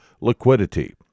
liquidity